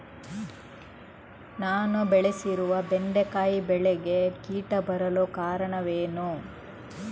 ನಾನು ಬೆಳೆಸಿರುವ ಬೆಂಡೆಕಾಯಿ ಬೆಳೆಗೆ ಕೀಟ ಬರಲು ಕಾರಣವೇನು?